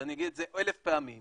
ואני אגיד את זה אלף פעמים,